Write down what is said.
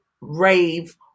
rave